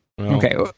Okay